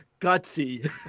gutsy